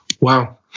Wow